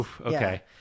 Okay